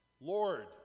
Lord